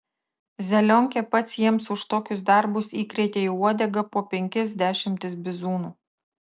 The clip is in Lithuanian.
zelionkė pats jiems už tokius darbus įkrėtė į uodegą po penkias dešimtis bizūnų